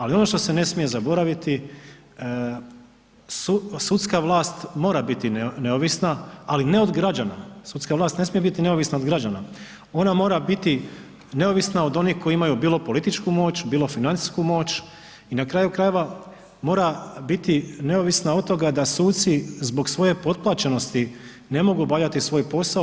Ali ono što se ne smije zaboraviti, sudska vlast mora biti neovisna ali ne od građana, sudska vlast ne smije biti neovisna od građana, ona mora biti neovisna od onih koji imaju bilo političku moć, bilo financijsku moć i na kraju krajeva mora biti neovisna od toga da suci zbog svoje potplaćenosti ne mogu obavljati svoj posao.